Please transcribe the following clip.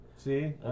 See